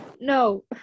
No